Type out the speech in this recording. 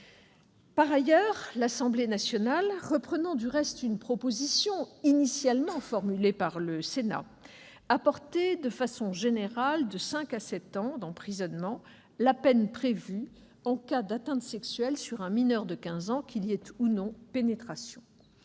Par ailleurs, l'Assemblée nationale, reprenant du reste une proposition initialement formulée par le Sénat, a porté de façon générale de cinq à sept ans d'emprisonnement la peine prévue en cas d'atteinte sexuelle sur un mineur de quinze ans, qu'il y ait ou non pénétration.